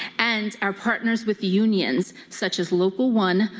and our partners with the unions, such as local one,